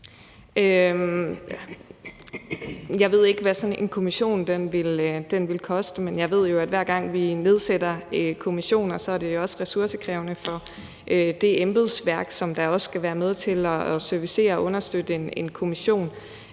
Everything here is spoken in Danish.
Jeg ved ikke, hvad sådan en kommission ville koste, men jeg ved jo, at hver gang vi nedsætter kommissioner, er det også ressourcekrævende for det embedsværk, som skal være med til at servicere og understøtte en kommission.